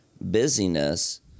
busyness